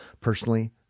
personally